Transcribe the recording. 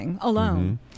alone